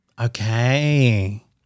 Okay